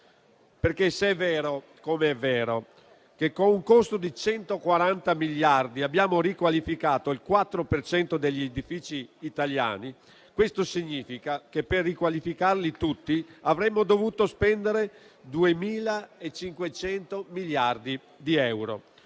vero infatti, come è vero, che con un costo di 140 miliardi abbiamo riqualificato il 4 per cento degli edifici italiani, questo significa che, per riqualificarli tutti, avremmo dovuto spendere 2.500 miliardi di euro,